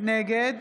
נגד